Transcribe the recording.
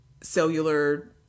cellular